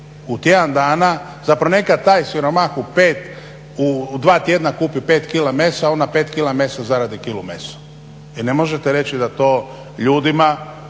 U tjedan dana, zapravo neka taj siromah u dva tjedna kupi 5 kg mesa, on na 5 kg mesa zaradi 1 kg mesa. I ne možete reći da to ljudima